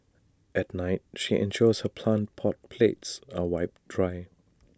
at night she ensures her plant pot plates are wiped dry